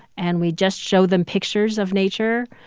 and we just show them pictures of nature,